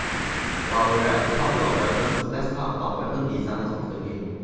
while we're at the topic of weapons, let's talk about weapon designs of the game.